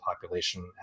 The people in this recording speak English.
population